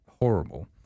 horrible